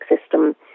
system